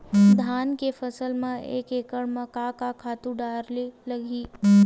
धान के फसल म एक एकड़ म का का खातु डारेल लगही?